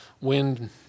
Wind